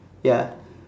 ya